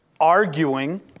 arguing